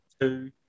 two